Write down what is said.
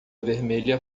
vermelha